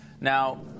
Now